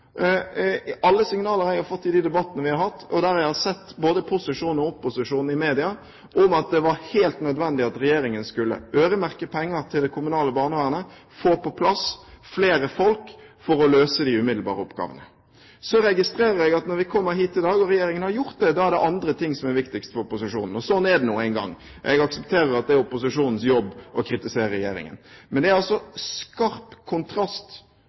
alle signaler jeg har fått i debattene vi har hatt, og det jeg har sett av både posisjon og opposisjon i media – om at det var helt nødvendig at regjeringen skulle øremerke penger til det kommunale barnevernet, få på plass flere folk, for å løse de umiddelbare oppgavene. Så registrerer jeg at når vi kommer hit i dag og regjeringen har gjort det, er det andre ting som er viktigst for opposisjonen. Sånn er det nå engang – jeg aksepterer at det er opposisjonens jobb å kritisere regjeringen. Men det er altså skarp kontrast